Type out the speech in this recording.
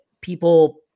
people